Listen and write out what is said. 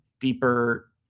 deeper